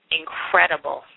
incredible